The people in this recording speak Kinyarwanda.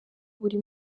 buri